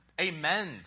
amen